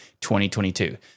2022